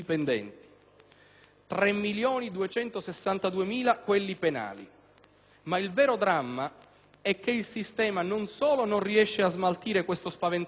3.262.000 quelli penali. Ma il vero dramma è che il sistema non solo non riesce a smaltire questo spaventoso arretrato,